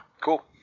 cool